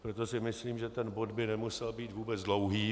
Proto si myslím, že ten bod by nemusel být vůbec dlouhý.